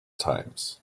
times